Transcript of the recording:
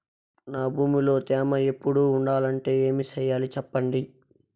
నా భూమిలో తేమ ఎప్పుడు ఉండాలంటే ఏమి సెయ్యాలి చెప్పండి?